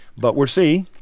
but we'll see.